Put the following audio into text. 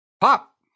Pop